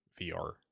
VR